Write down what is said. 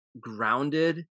grounded